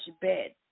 bed